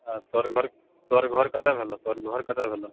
तोहर घर तोहर घर कतऽ भेलहुँ तोहर घर कतऽ भेलहुँ